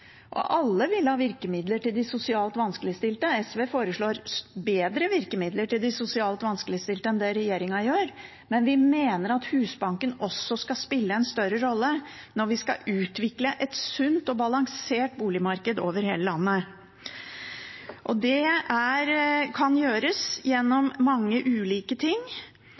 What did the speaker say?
Alle vil ha virkemidler til de sosialt vanskeligstilte – SV foreslår bedre virkemidler til de sosialt vanskeligstilte enn det regjeringen gjør – men vi mener at Husbanken også skal spille en større rolle når vi skal utvikle et sunt og balansert boligmarked over hele landet. Det kan gjøres gjennom mange ulike ting,